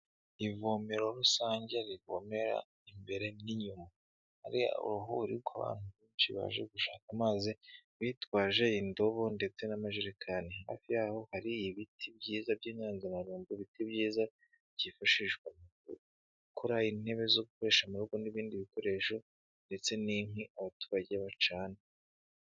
Ivomero rusange rikomera imbere n'inyuma hari uruhuri ku bantu benshi baje gushaka amazi bitwaje indobo ndetse n'amajerekani hafi yaho hari ibiti byiza by'intanganorumbo biti byiza byifashishwa gukora intebe zo gukoresha amaboko n'ibindi bikoresho ndetse n'inkwi abaturage bacana.